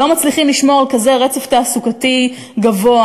לא מצליחים לשמור על כזה רצף תעסוקתי גבוה.